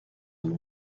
and